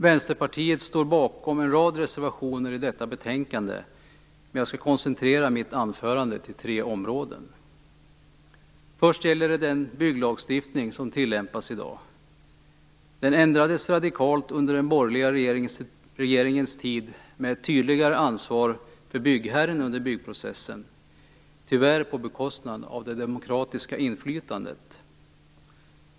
Vänsterpartiet står bakom en rad reservationer till detta betänkande, men jag skall koncentrera mitt anförande till tre områden. Först gäller det den bygglagstiftning som tillämpas i dag. Den ändrades radikalt under den borgerliga regeringens tid med ett tydligare ansvar för byggherren under byggprocessen, tyvärr på bekostnad av det demokratiska inflytandet.